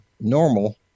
normal